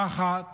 האחת